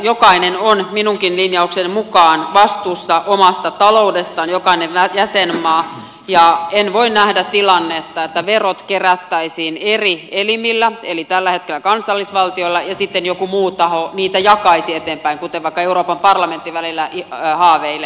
jokainen on minunkin linjaukseni mukaan vastuussa omasta taloudestaan jokainen jäsenmaa ja en voi nähdä tilannetta että verot kerättäisiin eri elimillä eli tällä hetkellä kansallisvaltiolla ja sitten joku muu taho niitä jakaisi eteenpäin kuten vaikka euroopan parlamentti välillä haaveilee